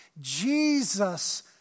Jesus